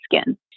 skin